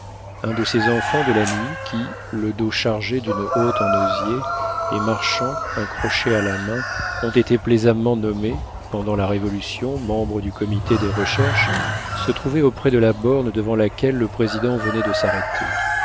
un de ces enfants de la nuit qui le dos chargé d'une hotte en osier et marchant un crochet à la main ont été plaisamment nommés pendant la révolution membres du comité des recherches se trouvait auprès de la borne devant laquelle le président venait de s'arrêter